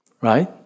Right